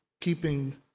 keeping